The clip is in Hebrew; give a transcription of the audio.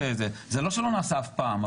זה לא שלא נעשה אף פעם,